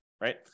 right